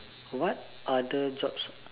what other jobs